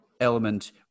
element